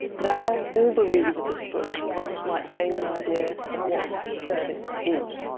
now, all the readers of this book might gain an idea of what service is.